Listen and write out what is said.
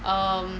um